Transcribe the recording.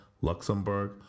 Luxembourg